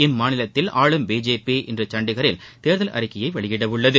இம்மாநிலத்தில் ஆளும் பிஜேபி இன்று கண்டிகரில் தேர்தல் அறிக்கையை வெளியிடவுள்ளது